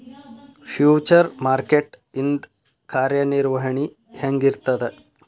Future market ಇಂದ್ ಕಾರ್ಯನಿರ್ವಹಣಿ ಹೆಂಗಿರ್ತದ?